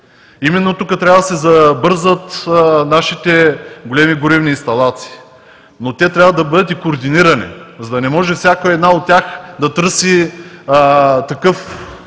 Именно тук трябва да се забързат нашите големи горивни инсталации, но те трябва да бъдат и координирани, за да не може всяка една от тях да търси такъв орган,